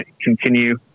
continue